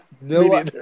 no